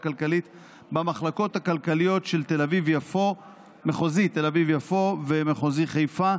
כלכלית במחלקות הכלכליות של מחוזי תל אביב-יפו ומחוזי חיפה,